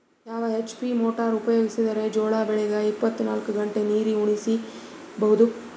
ಯಾವ HP motor ಉಪಯೋಗಿಸಿದರ ಜೋಳ ಬೆಳಿಗ ಇಪ್ಪತ ನಾಲ್ಕು ಗಂಟೆ ನೀರಿ ಉಣಿಸ ಬಹುದು?